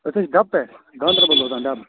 أسۍ حظ چھِ ڈَب پٮ۪ٹھ گانٛدَربَل روزان ڈَبہٕ